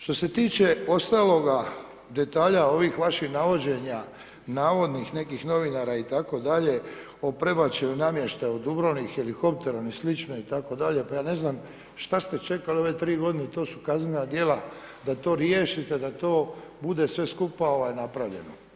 Što se tiče ostaloga detalja ovih vaših navođenja navodnih nekih novinara itd. o prebačaju namještaja u Dubrovnik helikopterom i slično itd. pa ja ne znam šta ste čekali ove tri godine, to su kaznena djela da to riješite da to bude sve skupa napravljeno.